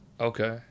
Okay